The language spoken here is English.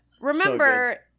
Remember